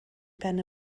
ben